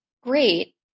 Great